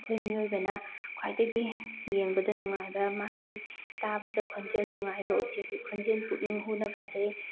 ꯑꯩꯈꯣꯏ ꯃꯤꯑꯣꯏꯕꯅ ꯈ꯭ꯋꯥꯏꯗꯒꯤ ꯌꯦꯡꯕꯗ ꯅꯨꯡꯉꯥꯏꯕ ꯃꯥꯒꯤ ꯇꯥꯕꯗ ꯈꯣꯟꯖꯦꯜ ꯅꯨꯡꯉꯥꯏꯕ ꯎꯆꯦꯛꯀꯤ ꯈꯣꯟꯖꯦꯜ ꯄꯨꯛꯅꯤꯡ ꯍꯨꯅ ꯐꯖꯩ